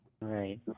Right